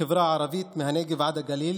החברה הערבית מהנגב ועד הגליל